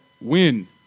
win